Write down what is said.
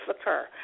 occur